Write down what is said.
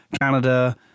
canada